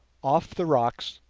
off the rocks,